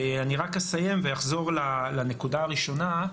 אני רק אסיים ואחזור לנקודה הראשונה.